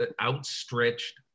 outstretched